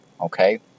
Okay